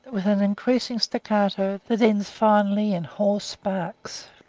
with an increasing staccato that ends finally in hoarse barks.